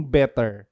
better